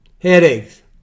headaches